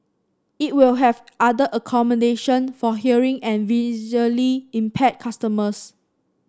it will have other accommodation for hearing and visually impaired customers